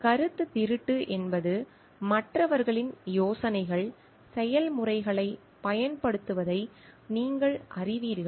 கருத்துத் திருட்டு என்பது மற்றவர்களின் யோசனைகள் செயல்முறைகளைப் பயன்படுத்துவதை நீங்கள் அறிவீர்கள்